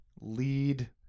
lead